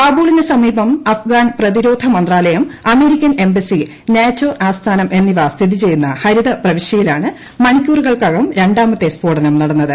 കാബൂളിന് സമീപം അഫ്ഗാൻ പ്രതിരോധ മന്ത്രാലയം അമേരിക്കൻ എംബസി നേറ്റോആസ്ഥാനം എന്നിവസ്ഥിതിചെയ്യുന്ന ഹരിത പ്രവിശ്യയിലാണ്മണിക്കൂറുകൾക്ക രണ്ടാമത്തെ സ്ഫോടനം നടന്നത്